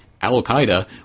al-Qaeda